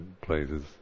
places